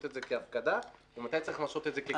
את זה כהפקדה ומתי צריך למסות את זה כקצבה.